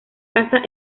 casa